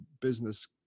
business